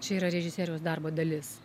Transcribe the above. čia yra režisieriaus darbo dalis